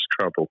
trouble